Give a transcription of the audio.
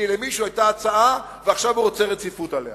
כי למישהו היתה הצעה ועכשיו הוא רוצה רציפות עליה.